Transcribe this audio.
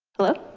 hello,